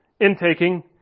intaking